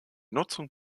nutzung